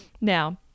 Now